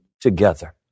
together